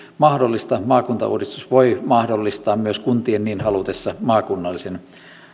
mahdollista maakuntauudistus voi mahdollistaa myös kuntien niin halutessa maakunnallisen